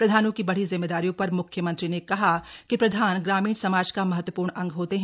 प्रधानों की बढ़ी जिम्मेदारियों पर मुख्यमंत्री ने कहा कि प्रधान ग्रामीण समाज का महत्वपूर्ण अंग होते हैं